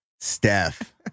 Steph